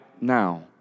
now